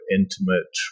intimate